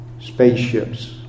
spaceships